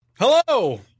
hello